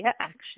action